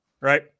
Right